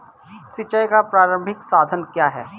सिंचाई का प्रारंभिक साधन क्या है?